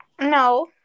No